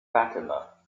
fatima